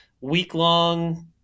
week-long